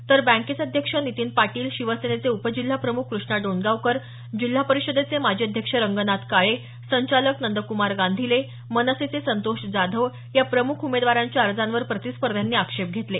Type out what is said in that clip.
तर बँकेचे अध्यक्ष नितीन पाटील शिवसेनेचे उपजिल्हा प्रम्ख कृष्णा डोणगावकर जिल्हा परिषदेचे माजी अध्यक्ष रंगनाथ काळे संचालक नंद्क्मार गांधीले मनसेचे संतोष जाधव या प्रमुख उमेदावारंच्या अजाँवर प्रतिस्पध्यांनी आक्षेप घेतले